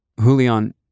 Julian